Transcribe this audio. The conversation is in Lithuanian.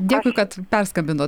dėkui kad perskambinot